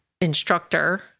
instructor